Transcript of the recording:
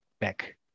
back